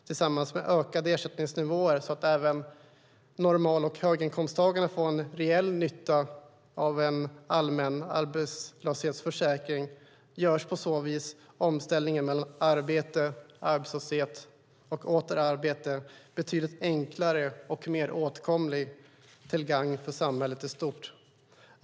Tillsammans med ökade ersättningsnivåer, så att även normal och höginkomsttagarna får en reell nytta av en allmän arbetslöshetsförsäkring, görs på så vis omställningen mellan arbete, arbetslöshet och åter arbete betydligt enklare och mer åtkomlig till gagn för samhället i stort.